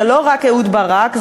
זה לא רק אהוד ברק,